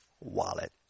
wallet